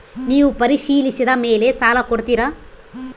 ನೇವು ಪರಿಶೇಲಿಸಿದ ಮೇಲೆ ಸಾಲ ಕೊಡ್ತೇರಾ?